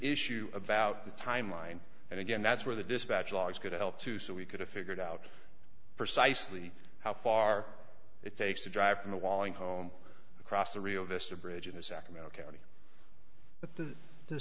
issue about the timeline and again that's where the dispatch logs could help too so we could have figured out precisely how far it takes to drive from the walling home across the rio vista bridge in a sacramento county but th